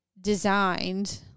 designed